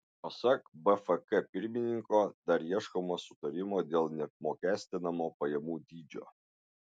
pasak bfk pirmininko dar ieškoma sutarimo dėl neapmokestinamo pajamų dydžio